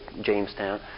Jamestown